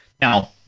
Now